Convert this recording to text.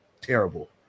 terrible